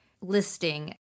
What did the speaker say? listing